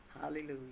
Hallelujah